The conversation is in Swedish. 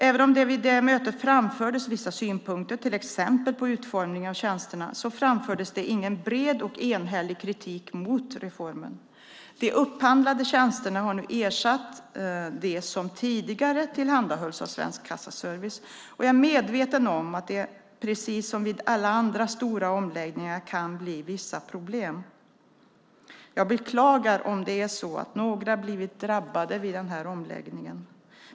Även om det vid mötet framfördes vissa synpunkter till exempel på utformningen av tjänsterna framfördes det ingen bred och enhällig kritik mot reformen. De upphandlade tjänsterna har nu ersatt dem som tidigare tillhandahölls av Svensk Kassaservice, och jag är medveten om att det precis som vid alla stora omläggningar kan bli vissa problem. Jag beklagar om det är så att några blivit drabbade vid denna omläggning.